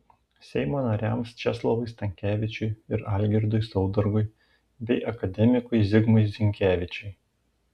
seimo nariams česlovui stankevičiui ir algirdui saudargui bei akademikui zigmui zinkevičiui